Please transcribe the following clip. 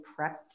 prepped